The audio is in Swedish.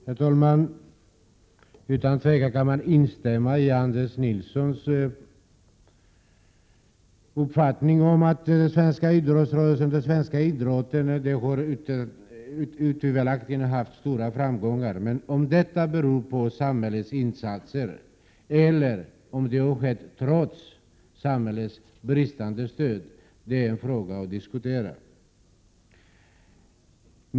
Herr talman! Utan tvekan kan man instämma i Anders Nilssons uppfattning om att den svenska idrottsrörelsen otvivelaktigt har haft stora framgångar. Om detta beror på samhällets insatser eller om det har skett trots samhällets bristande stöd är en fråga som man kan diskutera.